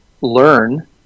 learn